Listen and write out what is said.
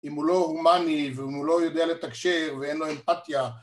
אם הוא לא הומני והוא לא יודע לתקשר ואין לו אמפתיה